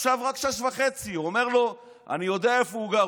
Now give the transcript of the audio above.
עכשיו רק 18:30. הוא אומר לו: אני יודע איפה הוא גר,